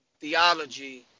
theology